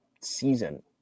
season